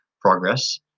progress